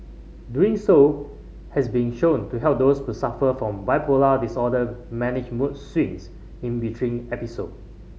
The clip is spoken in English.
doing so has been shown to help those who suffer from bipolar disorder manage mood swings in between episode